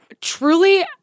truly